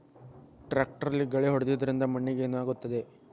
ಟ್ರಾಕ್ಟರ್ಲೆ ಗಳೆ ಹೊಡೆದಿದ್ದರಿಂದ ಮಣ್ಣಿಗೆ ಏನಾಗುತ್ತದೆ?